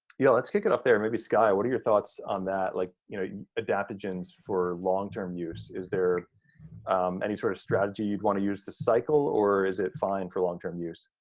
yeah, let's kick it off there. maybe skye, what are your thoughts on that? like you know adaptogens for longterm use? is there any sort of strategy you'd wanna use to cycle or is it fine for longterm use?